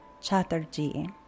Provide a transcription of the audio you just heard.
Chatterjee